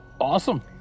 Awesome